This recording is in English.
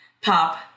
Pop